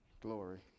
Glory